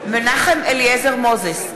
מנחם אליעזר מוזס,